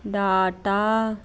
data